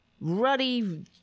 ruddy